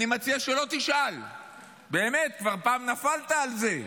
אני מציע שלא תשאל, באמת, כבר נפלת על זה פעם.